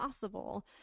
possible